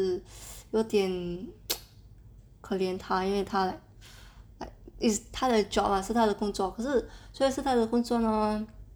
有点 可怜他因为他 like it's 他的 job ah 是他的工作可是虽然是他的工作呢